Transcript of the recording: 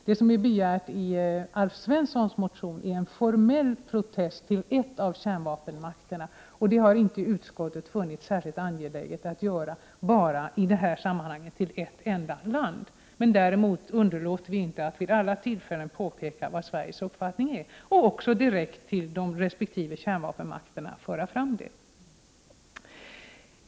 Det som begärs i Alf Svenssons motion är en formell protest till endast en av kärnvapenmakterna, och det har inte utskottet funnit särskilt angeläget att göra. Däremot underlåter vi inte att vid alla tillfällen påpeka vilken Sveriges uppfattning är, och vi för också fram det till de resp. kärnvapenmakterna.